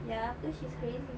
ya because she's crazy